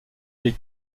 les